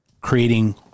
creating